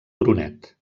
brunet